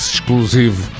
Exclusivo